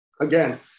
again